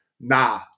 Nah